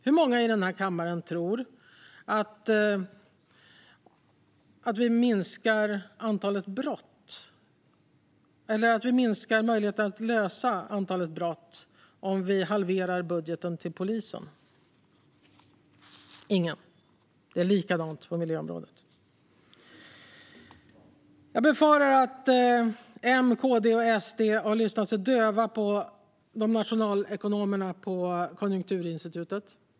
Hur många i den här kammaren tror att antalet brott minskar eller att vi ökar möjligheten att lösa brott om vi halverar budgeten till polisen? Ingen. Det är likadant på miljöområdet. Jag befarar att M, KD och SD har lyssnat sig döva på nationalekonomerna på Konjunkturinstitutet.